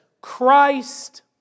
Christ